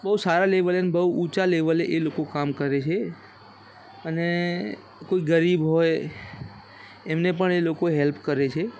બહું સારા લેવલે અને બહું ઊંચા લેવલે એ લોકો કામ કરે છે અને કોઈ ગરીબ હોય એમને પણ એ લોકો હેલ્પ કરે છે